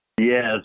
Yes